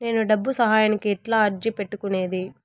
నేను డబ్బు సహాయానికి ఎట్లా అర్జీ పెట్టుకునేది?